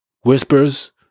whispers